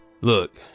Look